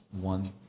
one